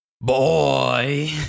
Boy